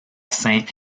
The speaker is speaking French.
saint